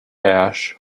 ash